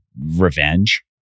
revenge